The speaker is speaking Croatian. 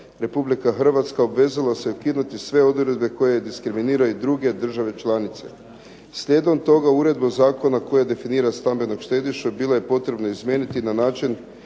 Republika Hrvatska se obvezala se ukinuti sve odredbe koje diskriminiraju druge države članice. Slijedom toga uredba zakona koja definira stambenog štedišu bilo je potrebno izmijeniti na način